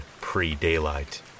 pre-daylight